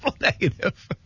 negative